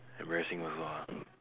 embarrassing also ah